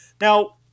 Now